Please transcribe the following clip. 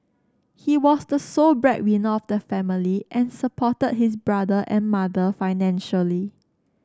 he was the sole breadwinner of the family and supported his brother and mother financially